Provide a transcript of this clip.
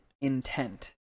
intent